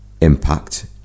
impact